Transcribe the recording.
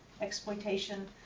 exploitation